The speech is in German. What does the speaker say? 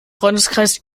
freundeskreis